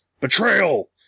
Betrayal